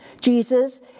Jesus